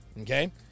okay